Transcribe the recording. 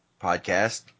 Podcast